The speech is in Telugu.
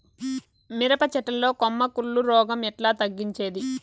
మిరప చెట్ల లో కొమ్మ కుళ్ళు రోగం ఎట్లా తగ్గించేది?